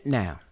now